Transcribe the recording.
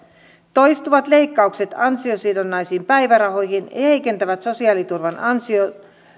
toistuvat leikkaukset ansiosidonnaisiin päivärahoihin heikentävät sosiaaliturvan ansio